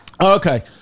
Okay